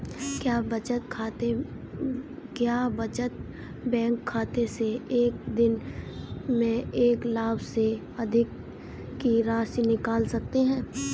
क्या बचत बैंक खाते से एक दिन में एक लाख से अधिक की राशि निकाल सकते हैं?